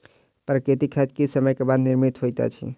प्राकृतिक खाद किछ समय के बाद निर्मित होइत अछि